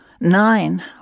nine